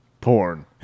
Porn